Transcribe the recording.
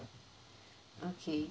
okay